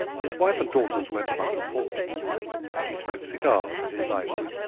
his wife and daughters went among the poor and he smoked cigars in his library.